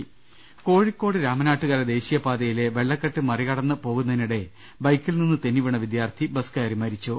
് കോഴിക്കോട് രാമനാട്ടുകര ദേശീയ പാതയിലെ വെള്ളക്കെട്ട് മറി കടന്നുപോകുന്നതിനിടെ ബൈക്കിൽ നിന്ന് തെന്നിവീണ വിദ്യാർത്ഥി ബസ് കയറി മരിച്ചു